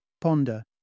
ponder